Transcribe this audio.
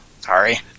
Sorry